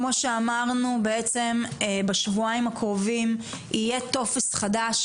כמו שאמרנו בעצם בשבועיים הקרובים יהיה טופס חדש,